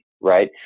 right